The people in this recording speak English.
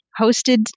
hosted